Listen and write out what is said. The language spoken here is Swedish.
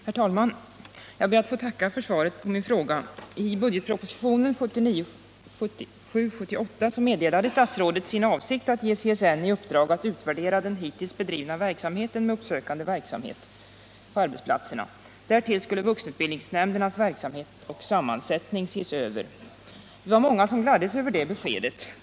Herr talman! Jag ber att få tacka för svaret på min fråga. I budgetpropositionen 1977/78 meddelade statsrådet sin avsikt att ge CSN i uppdrag att utvärdera den hittills bedrivna uppsökande verksamheten på arbetsplatserna. Därtill skulle vuxenutbildningsnämndernas verksamhet och sammansättning ses över. Vi var många som gladdes över det beskedet.